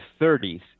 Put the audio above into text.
30s